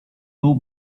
too